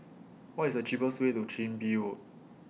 What IS The cheapest Way to Chin Bee Road